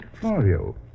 Florio